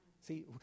See